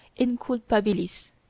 inculpabilis